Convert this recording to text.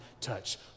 touch